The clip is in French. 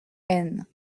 haine